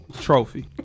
trophy